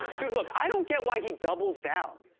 dude, look, i don't get why he doubles down.